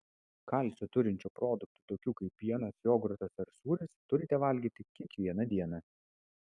kalcio turinčių produktų tokių kaip pienas jogurtas ar sūris turite valgyti kiekvieną dieną